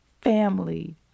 family